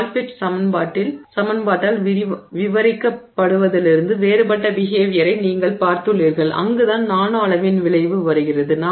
hall Petch சமன்பாட்டால் விவரிக்கப்படுவதிலிருந்து வேறுபட்ட பிஹேவியரை நீங்கள் பார்த்துள்ளீர்கள் அங்குதான் நானோ அளவின் விளைவு வருகிறது